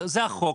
זה החוק,